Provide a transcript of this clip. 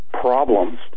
problems